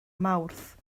mawrth